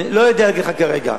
אני לא יודע להגיד לך כרגע.